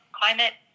climate